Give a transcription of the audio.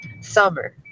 summer